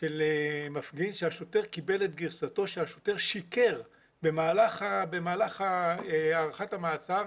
של מפגין שהשוטר קיבל את גירסתו שהשוטר שיקר במהלך הארכת המעצר,